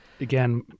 Again